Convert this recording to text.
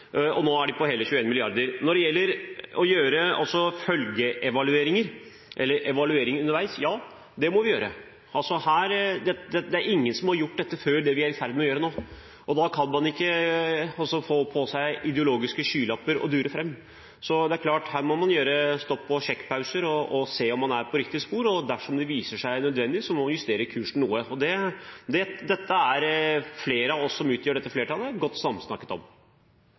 og nå er de på hele 21 mrd. kr. Når det gjelder følgeevalueringer, eller evalueringer underveis, må vi gjøre det. Det vi er i ferd med å gjøre nå, er det ingen som har gjort før. Da kan man ikke ta på seg ideologiske skylapper og dure fram. Her må man klart gjøre stopp, ta sjekkpauser og se om man er på riktig spor. Og dersom det viser seg nødvendig, må man justere kursen noe. Dette er flere av oss som utgjør dette flertallet, godt samsnakket om.